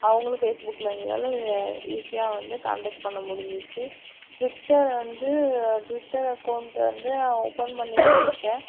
அவங்களும் பேஸ்புக்கில் இருந்ததால் ஈசியாக வந்து கான்டெக்ட் பண்ண முடிஞ்சிச்சு ட்விட்டர் வந்து ட்விட்டர் அக்கௌண்ட் வந்து ஓப்பன் பண்ணி